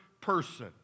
person